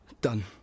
Done